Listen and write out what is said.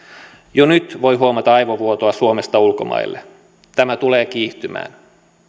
jo nyt voi huomata aivovuotoa suomesta ulkomaille tämä tulee kiihtymään